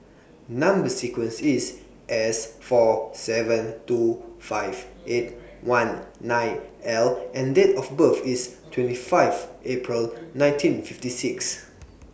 Number sequence IS S four seven two five eight one nine L and Date of birth IS twenty five April nineteen fifty six